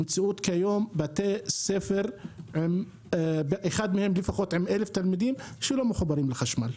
המציאות כיום היא שבתי ספר עם אלף תלמידים שלא מחוברים לחשמל.